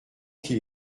qu’il